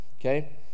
okay